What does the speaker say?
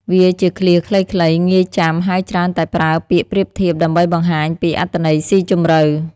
វាជាឃ្លាខ្លីៗ ងាយចាំ ហើយច្រើនតែប្រើពាក្យប្រៀបធៀបដើម្បីបង្ហាញពីអត្ថន័យស៊ីជម្រៅ។